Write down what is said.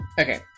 Okay